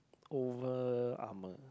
over armour